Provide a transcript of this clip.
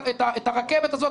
את הרכבת הזאת,